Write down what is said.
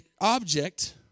object